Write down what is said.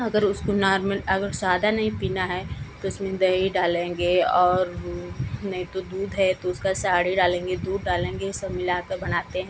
अगर उसको नॉर्मल अगर सादा नहीं पीना है तो उसमें दही डालेंगे और नहीं तो दूध है तो उसका साढ़ी डालेंगे दूध डालेंगे यही सब मिलाकर बनाते हैं